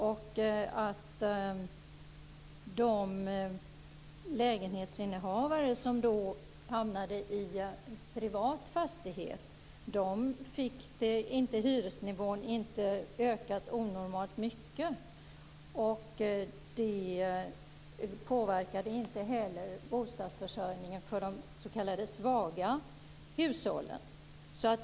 De lägenhetsinnehavare som hamnade i en privat fastighet fick inte hyresnivån ökad onormalt mycket. Det påverkade inte heller bostadsförsörjningen för de s.k. svaga hushållen.